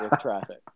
traffic